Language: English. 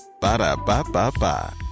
Ba-da-ba-ba-ba